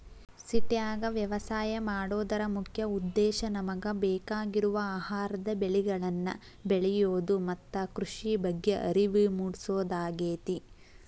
ಸಿಟ್ಯಾಗ ವ್ಯವಸಾಯ ಮಾಡೋದರ ಮುಖ್ಯ ಉದ್ದೇಶ ನಮಗ ಬೇಕಾಗಿರುವ ಆಹಾರದ ಬೆಳಿಗಳನ್ನ ಬೆಳಿಯೋದು ಮತ್ತ ಕೃಷಿ ಬಗ್ಗೆ ಅರಿವು ಮೂಡ್ಸೋದಾಗೇತಿ